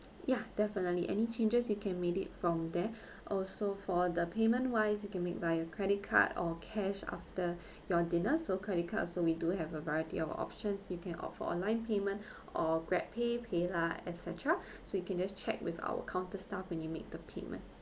ya definitely any changes you can made it from there also for the payment wise you can make via credit card or cash after your dinner so credit card also we do have a variety of options you can opt for online payment or GrabPay PayLah et cetera so you can just check with our counter staff when you make the payment